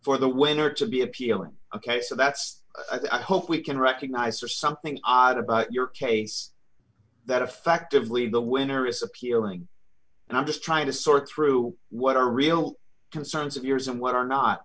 for the winner to be appealing ok so that's i think i hope we can recognize or something odd about your case that effectively the winner is appealing and i'm just trying to sort through what are real concerns of yours and what are not